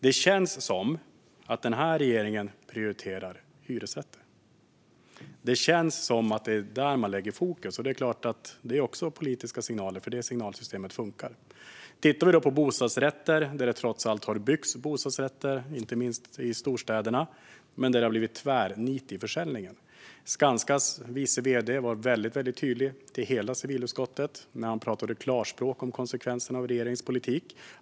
Det känns som att den här regeringen prioriterar hyresrätter. Det känns som att det är där man lägger fokus. Det är klart att det också innebär politiska signaler, för det signalsystemet funkar. Tittar vi på bostadsrätter - det har trots allt byggts bostadsrätter, inte minst i storstäderna - ser vi att det har blivit tvärnit i försäljningen. Skanskas vice vd var väldigt tydlig mot hela civilutskottet när han talade klarspråk om konsekvenserna av regeringens politik.